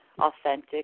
authentic